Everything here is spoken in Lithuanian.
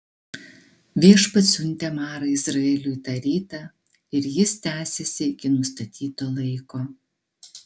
viešpats siuntė marą izraeliui tą rytą ir jis tęsėsi iki nustatyto laiko